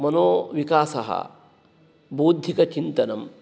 मनोविकासः बौद्धिकचिन्तनं